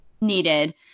needed